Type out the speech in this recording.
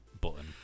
button